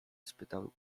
spytał